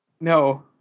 No